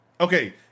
Okay